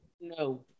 No